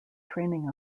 training